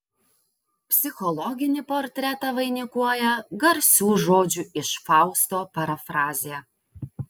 psichologinį portretą vainikuoja garsių žodžių iš fausto parafrazė